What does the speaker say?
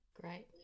Great